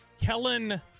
Kellen